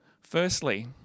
firstly